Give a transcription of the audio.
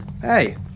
Hey